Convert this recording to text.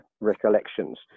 recollections